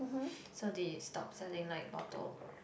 so they stop selling like bottle